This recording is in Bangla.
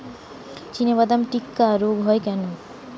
চিনাবাদাম টিক্কা রোগ হয় কেন?